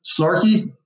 snarky